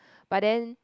but then